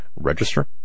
register